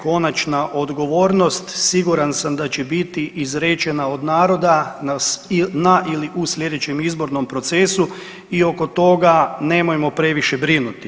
Konačna odgovornost, siguran sam da će biti izrečena od naroda na ili u sljedećem izbornom procesu i oko toga nemojmo previše brinuti.